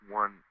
one